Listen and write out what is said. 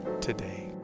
today